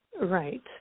Right